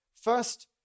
First